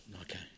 Okay